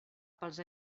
pels